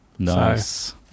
nice